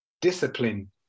Discipline